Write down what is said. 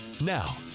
Now